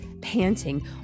panting